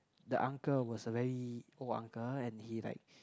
the uncle was a very old uncle and he like